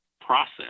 process